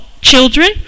children